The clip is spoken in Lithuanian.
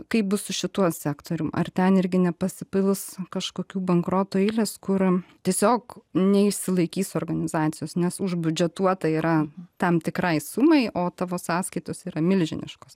kaip bus su šituo sektorium ar ten irgi nepasipils kažkokių bankrotų eilės kur tiesiog neišsilaikys organizacijos nes užbiudžetuota yra tam tikrai sumai o tavo sąskaitos yra milžiniškos